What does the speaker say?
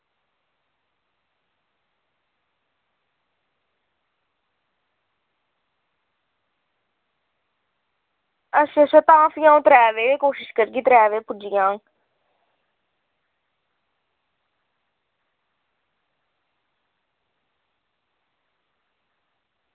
अच्छा अच्छा तां फ्ही अ'ऊं त्रै बजे कोशिश करगी त्रै बजे पुज्जी जाङ